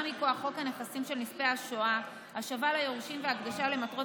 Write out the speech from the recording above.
מכוח חוק נכסים של נספי השואה (השבה ליורשים והקדשה למטרות